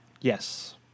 Yes